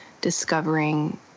discovering